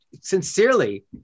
sincerely